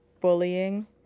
bullying